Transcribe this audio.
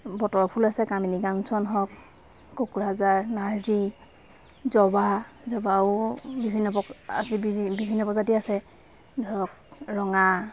বতৰন ফুল আছে কামিনী কাঞ্চন হওক কুকৰাজহা নাৰ্জি জবা জবাও বিভিন্ন প আজি আজিকালি বিভিন্ন প্ৰজাতি আছে ধৰক ৰঙা